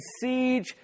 siege